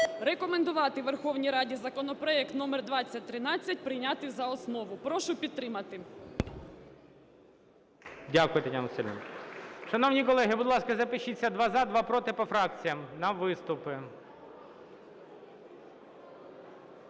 рекомендувати Верховній Раді законопроект № 2013 прийняти за основу. Прошу підтримати. ГОЛОВУЮЧИЙ. Дякую, Тетяно Василівно. Шановні колеги, будь ласка, запишіться: два - за, два - проти - по фракціям на виступи.